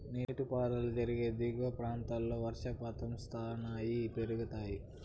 నీటిపారుదల జరిగే దిగువ ప్రాంతాల్లో వర్షపాతం స్థాయిలు పెరుగుతాయి